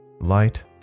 Light